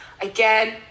Again